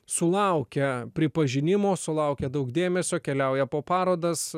sulaukia pripažinimo sulaukia daug dėmesio keliauja po parodas